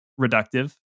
reductive